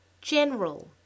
General